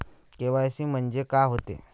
KYC म्हंनजे का होते?